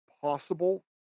possible